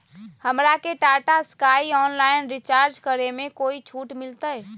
हमरा के Tata Sky online recharge करे में कोई छूट मिलतई